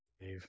Dave